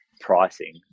pricing